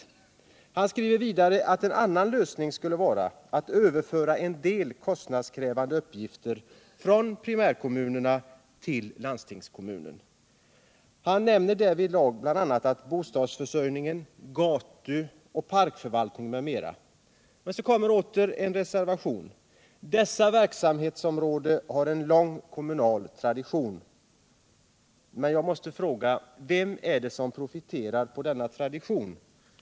Kommunministern skriver vidare att en annan lösning skulle vara att överföra en del kostnadskrävande uppgifter från primärkommunerna till landstingskommunen. Han nämner därvidlag bostadsförsörjningen, gatuoch parkförvaltning m.m. Men så kommer åter en reservation: ”de nämnda verksamhetsområdena har en lång kommunal tradition”. Jag måste fråga: Vem är det som profiterar på denna ”tradition”?